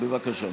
בבקשה.